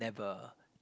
never